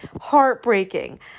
heartbreaking